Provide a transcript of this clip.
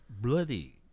Bloody